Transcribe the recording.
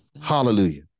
Hallelujah